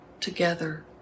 together